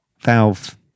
valve